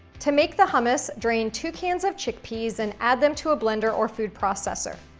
to make the hummus, drain two cans of chickpeas and add them to a blender or food processor.